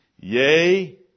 Yea